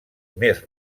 més